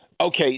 Okay